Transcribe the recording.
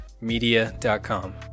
media.com